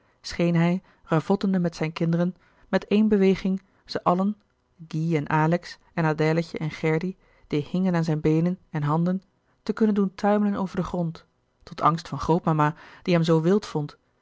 scheen hij ravottende met zijne kinderen met éene beweging ze allen guy en alex en adèletje en gerdy die hingen aan zijn beenen en handen te kunnen doen tuimelen over den grond tot angst van grootmama die hem zoo wild vond